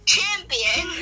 Champion